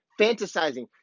fantasizing